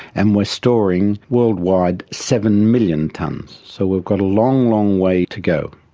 and we're storing worldwide seven million tonnes. so we've got a long, long way to go.